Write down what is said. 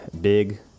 big